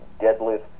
deadlift